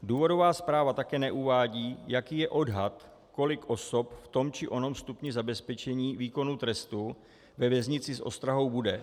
Důvodová zpráva také neuvádí, jaký je odhad, kolik osob v tom či onom stupni zabezpečení výkonu trestu ve věznici s ostrahou bude.